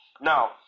Now